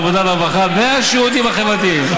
העבודה והרווחה והשירותים החברתיים.